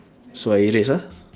so I erase ah